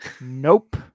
nope